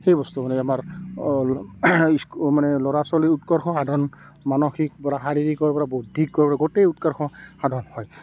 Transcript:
সেই বস্তু মানে আমাৰ ইস্কু মানে ল'ৰা ছোৱালীৰ উৎকৰ্ষ সাধন মানসিক পৰা শাৰীৰিকৰ পৰা বৌদ্ধিকৰ পৰা গোটেই উৎকৰ্ষ সাধন হয়